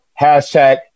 Hashtag